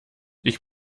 ich